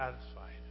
satisfied